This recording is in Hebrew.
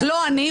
לא אני.